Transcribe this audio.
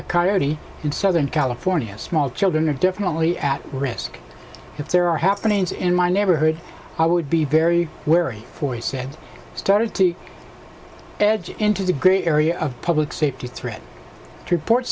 a coyote in southern california small children are definitely at risk if there are happenings in my neighborhood i would be very wary for he said started to edge into the gray area of public safety threat to report